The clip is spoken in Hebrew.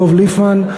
דב ליפמן,